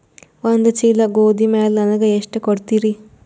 ಒಂದ ಚೀಲ ಗೋಧಿ ಮ್ಯಾಲ ನನಗ ಎಷ್ಟ ಕೊಡತೀರಿ?